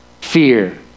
fear